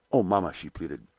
oh, mamma, she pleaded,